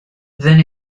then